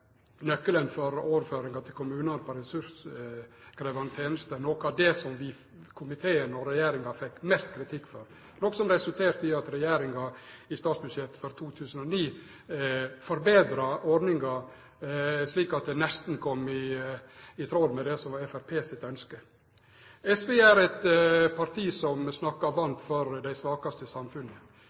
nøkkelen for overføring til kommunar av ressurskrevjande tenester noko av det som vi – komiteen og regjeringa – fekk mest kritikk for. Dette resulterte i at regjeringa i statsbudsjettet for 2009 forbetra ordninga, slik at ho nesten var i tråd med det som var Framstegspartiet sitt ønske. SV er eit parti som snakkar varmt for dei svakaste i samfunnet.